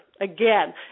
again